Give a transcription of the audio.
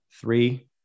three